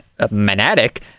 magnetic